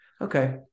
okay